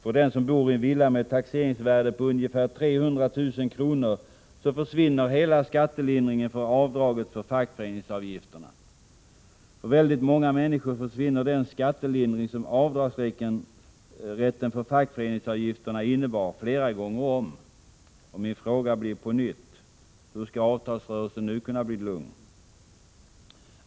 För den som bor i en villa med ett taxeringsvärde på ungefär 300 000 kr. försvinner hela den skattelindring som avdraget för fackföreningsavgifterna innebar. För väldigt många människor försvinner den skattelindring som rätten till avdrag för fackföreningsavgifter gav flera gånger om. Min fråga blir på nytt: Hur skall avtalsrörelsen nu kunna bli lugn?